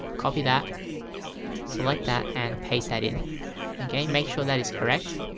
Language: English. copy that select that and paste that in make sure that is correct